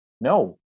No